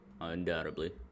Undoubtedly